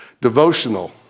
devotional